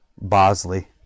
Bosley